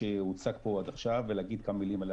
שהוצג פה עד עכשיו ולהגיד כמה מילים על